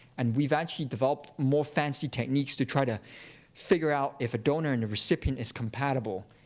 and we've actually developed more fancy techniques to try to figure out if a donor and the recipient is compatible.